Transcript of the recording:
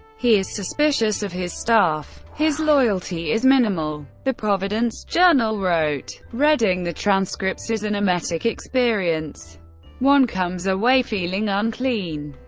he is suspicious of his staff. his loyalty is minimal. the providence journal wrote, reading the transcripts is an emetic experience one comes away feeling unclean.